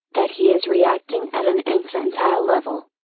that he is reacting at an infantile level.